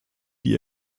die